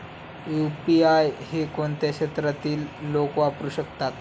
UPI हे कोणत्या क्षेत्रातील लोक वापरू शकतात?